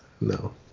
No